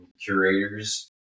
curators